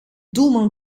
doelman